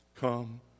Come